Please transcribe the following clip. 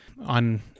On